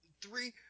Three